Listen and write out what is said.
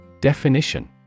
Definition